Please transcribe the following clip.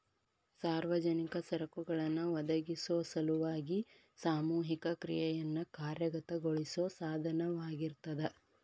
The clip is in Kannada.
ಸಾರ್ವಜನಿಕ ಸರಕುಗಳನ್ನ ಒದಗಿಸೊ ಸಲುವಾಗಿ ಸಾಮೂಹಿಕ ಕ್ರಿಯೆಯನ್ನ ಕಾರ್ಯಗತಗೊಳಿಸೋ ಸಾಧನವಾಗಿರ್ತದ